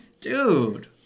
Dude